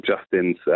Justin's